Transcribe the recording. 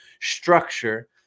structure